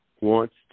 wants